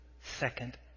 second